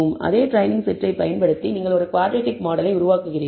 அதே ட்ரெயினிங் செட்டை பயன்படுத்தி நீங்கள் ஒரு குவாட்ரடிக் மாடலை உருவாக்குவீர்கள்